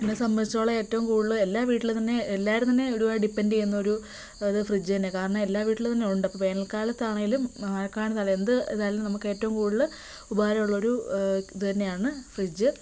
എന്നെ സംമ്പദ്ധിച്ചോളം ഏറ്റവും കൂടുതൽ എല്ലാ വീട്ടിലും തന്നെ എല്ലാവരും തന്നെ ഒരുപാട് ഡിപെൻഡ് ചെയ്യുന്ന ഒരു ഇത് ഫ്രിഡ്ജ് തന്നെയാ കാരണം എല്ലാ വീട്ടിലും തന്നെ ഉണ്ട് അപ്പോൾ വേനൽക്കാലത്താണേലും മഴക്കാലത്താണേലും എന്ത് ഇതായാലും നമുക്ക് ഏറ്റവും കൂടുതൽ ഉപകാരമുള്ളൊരു ഇത് തന്നെയാണ് ഫ്രിഡ്ജ്